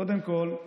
קודם כול,